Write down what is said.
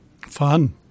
Fun